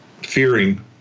fearing